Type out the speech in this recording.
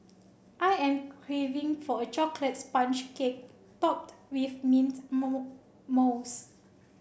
I am craving for a chocolate sponge cake topped with mint mousse